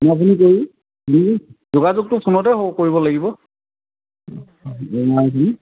ফোনা ফোনি কৰি যোগাযোগটো ফোনতে হ'ব কৰিব লাগিব